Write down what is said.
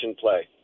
play